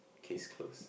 case closed